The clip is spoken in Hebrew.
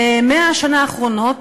ב-100 השנה האחרונות,